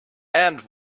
and